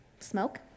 smoke